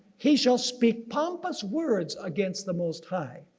he shall speak pompous words against the most high.